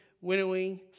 winnowing